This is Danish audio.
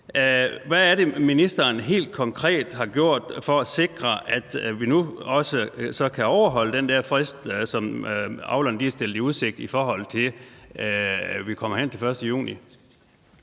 Hvad er det, ministeren helt konkret har gjort for at sikre, at vi nu så også kan overholde den der frist, som avlerne er stillet i udsigt, i forhold til at vi kommer hen til den 1. juni?